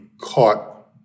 caught